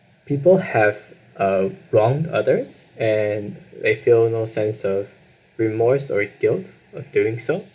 people have uh wrong others and they feel no sense of remorse or guilt of doing so